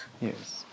Yes